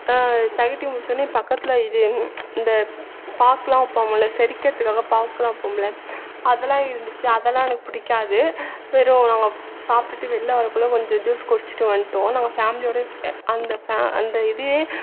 தெகட்டி முடிச்சோன்னே பக்கத்தில் இது இந்த பார்க்குலாம் வைப்போமுல்ல செரிகிறத்துக்காக பார்க்குலாம் வைப்போமுல்ல அதெலாம் இருந்துச்சி அதெல்லாம் எனக்கு பிடிக்காது வெறும் நாங்கள் சாப்பிட்டுட்டு வெளியில் வரக்குள்ள கொஞ்சம் ஜூஸ் குடிச்சிட்டு வந்துட்டோம் நம்ம ஃபேம்லியோடய அந்த ஃபே அந்த இதுயே